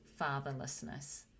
fatherlessness